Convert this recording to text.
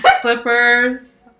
slippers